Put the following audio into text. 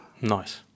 nice